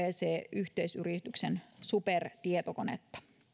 yhteisyrityksen supertietokonetta